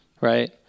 right